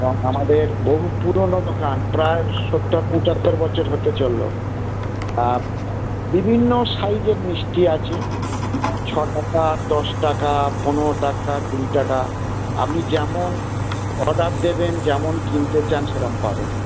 আমাদের বহু পুরোনো দোকান প্রায় সত্তর পঁচাত্তর বছর হতে চললো বিভিন্ন সাইজের মিষ্টি আছে ছ টাকা দশ টাকা পনেরো টাকা কুড়ি টাকা আপনি যেমন অর্ডার দেবেন যেমন কিনতে চান সেরকম পাবেন